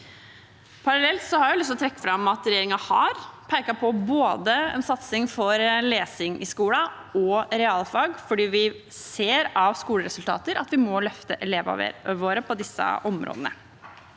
Parallelt har jeg lyst til å trekke fram at regjeringen har pekt på både en satsing på lesing i skolen og på realfag, for vi ser av skoleresultater at vi må løfte elevene våre på disse områdene.